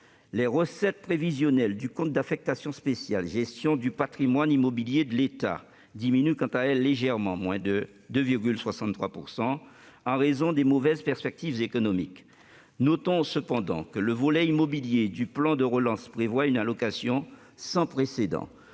Les recettes prévisionnelles du compte d'affectation spéciale « Gestion du patrimoine immobilier de l'État » diminuent légèrement, de 2,63 %, en raison des mauvaises perspectives économiques. Notons cependant que le volet immobilier du plan de relance prévoit une allocation sans précédent